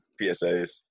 PSAs